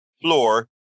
floor